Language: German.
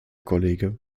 kollege